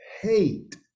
Hate